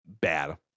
bad